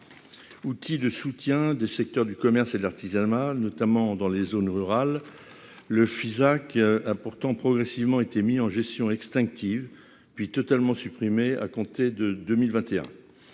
outils de soutien de secteurs du commerce et de l'artisanat mal, notamment dans les zones rurales le Fisac important progressivement été mis en gestion extincteurs puis totalement supprimé à compter de 2021